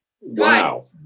Wow